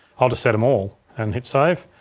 i'll just set em all and hit save.